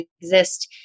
exist